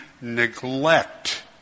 neglect